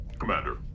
Commander